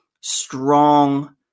strong